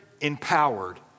empowered